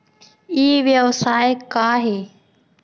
ई व्यवसाय का हे?